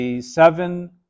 seven